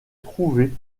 trouvées